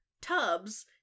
tubs